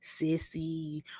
Sissy